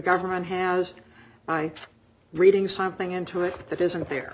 government has by reading something into it that isn't there